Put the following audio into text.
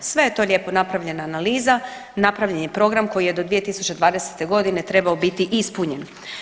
Sve je to lijepo napravljena analiza, napravljen je i program koji je do 2020. godine trebao biti ispunjen.